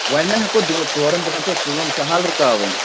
وۄنۍ ما ہٮ۪کو دۄن ژورَن دۄہن چھا کٲم سَہَل رُکاوٕنۍ